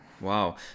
Wow